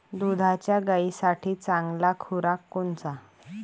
दुधाच्या गायीसाठी चांगला खुराक कोनचा?